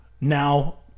now